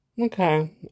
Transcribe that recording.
okay